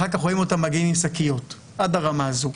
אחר כך רואים אותם מגיעים עם שקיות, עד הרמה הזו.